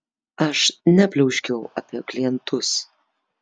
aš nepliauškiau apie klientus